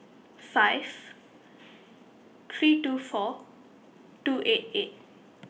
five three two four two eight eight